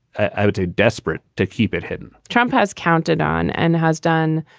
i would say, desperate to keep it hidden trump has counted on and has done,